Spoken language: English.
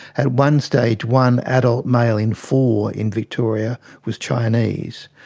at one stage one adult male in four in victoria was chinese.